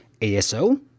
ASO